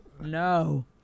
No